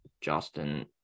Justin